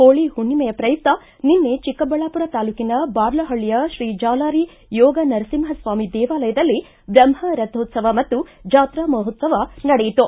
ಹೋಳ ಹುಣ್ಣಿಮೆಯ ಪ್ರಯುಕ್ತ ನಿನ್ನೆ ಚಿಕ್ಕಬಳ್ಳಾಮರ ತಾಲೂಕಿನ ಬಾರ್ಲಹಳ್ಳಯ ಶ್ರೀ ಜಾಲಾರಿ ಯೋಗ ನರಸಿಂಹಸ್ವಾಮಿ ದೇವಾಲಯದಲ್ಲಿ ಬ್ರಹ್ಮ ರಥೋತ್ವವ ಮತ್ತು ಜಾತ್ರಾ ಮಹೋತ್ವವ ನಡೆಯಿತು